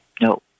no